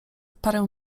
parę